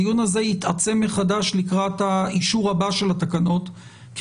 הדיון הזה יתעצם מחדש לקראת האישור הבא של התקנות כי